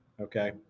okay